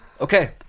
okay